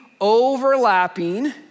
overlapping